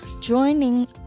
Joining